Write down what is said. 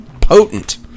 Potent